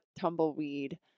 tumbleweed